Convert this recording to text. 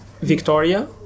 Victoria